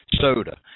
soda